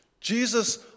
Jesus